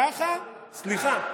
ככה?